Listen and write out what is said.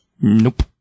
Nope